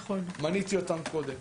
מניתי אותן קודם.